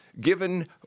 Given